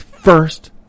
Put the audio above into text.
First